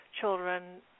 children